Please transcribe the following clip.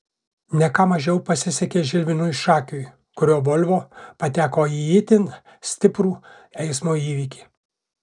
ne ką mažiau pasisekė žilvinui šakiui kurio volvo pateko į itin stiprų eismo įvykį